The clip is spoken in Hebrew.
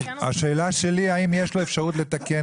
השאלה שלי היא האם יש לו אפשרות לתקן